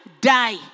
die